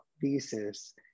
thesis